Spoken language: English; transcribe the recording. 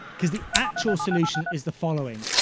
because the actual solution is the following.